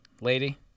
lady